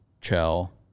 Chell